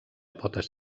potes